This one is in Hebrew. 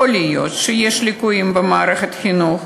יכול להיות שיש ליקויים במערכת החינוך,